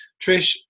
trish